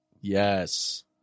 Yes